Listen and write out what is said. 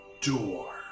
door